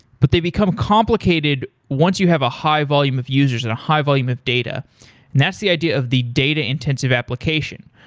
but they become complicated once you have a high volume of users and a high volume of data, and that's the idea of the data intensive application.